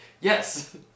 yes